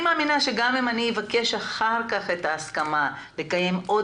אני מאמינה שגם אם אבקש אחר כך הסכמה לקיים עוד